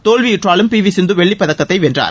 தோல்வியுற்றாலும் P V Sindhu வெள்ளிப்பதக்கத்தை பெற்றாள்